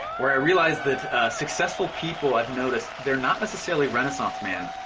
where i realized that successful people i've noticed, they're not necessarily renaissance men,